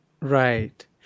Right